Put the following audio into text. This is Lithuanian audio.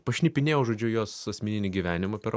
pašnipinėjau žodžiu jos asmeninį gyvenimą per